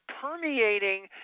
permeating